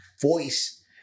voice